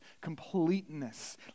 completeness